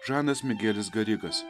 žanas migelis garikas